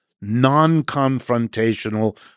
non-confrontational